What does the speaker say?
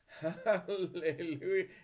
Hallelujah